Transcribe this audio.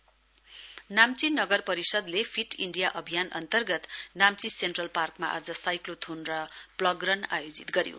fit India Namchi नगर परिषदले fit India अभियान अन्तर्गत नाम्ची सेन्ट्रल पार्कमा आज साइक्लोथोन र प्लोग रन आयोजित गऱ्यो